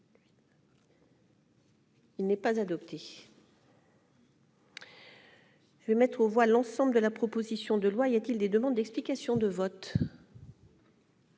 Il n'est pas adopté. Je vais mettre aux voix l'ensemble de la proposition de loi, il y a-t-il des demandes d'explications de vote.